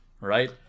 Right